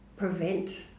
prevent